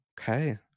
Okay